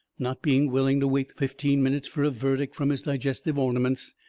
not being willing to wait fifteen minutes fur a verdict from his digestive ornaments.